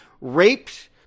raped